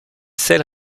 celle